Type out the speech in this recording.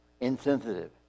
insensitive